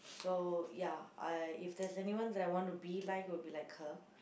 so ya I if there's anyone that I want to be like will be like her